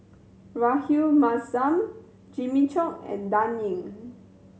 Rahayu Mahzam Jimmy Chok and Dan Ying